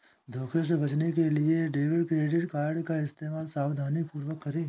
धोखे से बचने के लिए डेबिट क्रेडिट कार्ड का इस्तेमाल सावधानीपूर्वक करें